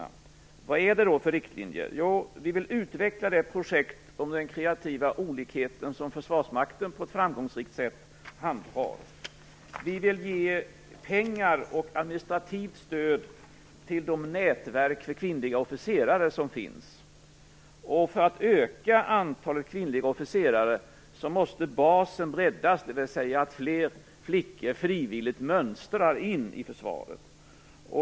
Vilka riktlinjer är det då fråga om? Jo, vi vill utveckla det projekt om den kreativa olikheten som Försvarsmakten på ett framgångsrikt sätt bedriver. Vi vill ge pengar och administrativt stöd till de nätverk för kvinnliga officerare som finns. För att öka antalet kvinnliga officerare måste basen breddas, dvs. fler flickor måste frivilligt mönstra in i försvaret.